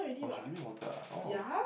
orh she give me water ah oh